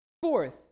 Fourth